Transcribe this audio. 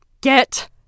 get